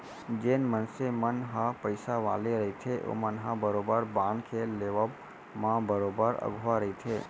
जेन मनसे मन ह पइसा वाले रहिथे ओमन ह बरोबर बांड के लेवब म बरोबर अघुवा रहिथे